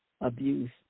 abuse